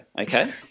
okay